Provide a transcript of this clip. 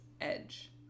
edge